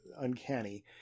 uncanny